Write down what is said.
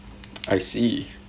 I see